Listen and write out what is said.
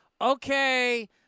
okay